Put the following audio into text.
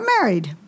married